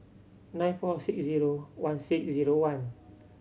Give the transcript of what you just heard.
nine four six zero one six zero one